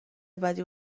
بدی